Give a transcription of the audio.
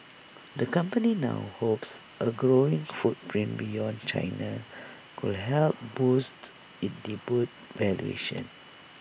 the company now hopes A growing footprint beyond China could help boosts its debut valuation